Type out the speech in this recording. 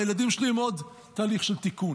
והילדים שלי הם גם בתהליך של התיקון.